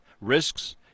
risks